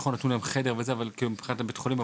נכון, נתנו להם חדר אבל זה היה מבית החולים.